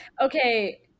okay